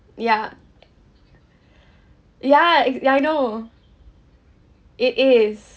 ya ya exa~ ya I know it is